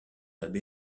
abbé